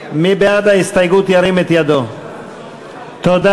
כוח עזר פדגוגי, מתנ"סים,